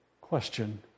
Question